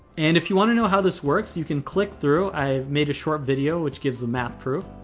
and if you want to know how this works, you can click through. i've made a short video which gives a math proof.